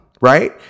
right